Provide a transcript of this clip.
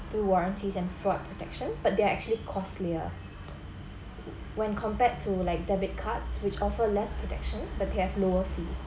to warranties and fraud protection but they're actually costlier when compared to like debit cards which offer less protection but they have lower fees